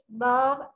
love